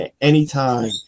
Anytime